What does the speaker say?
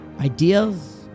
ideas